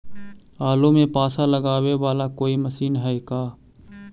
आलू मे पासा लगाबे बाला कोइ मशीन है का?